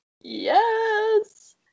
Yes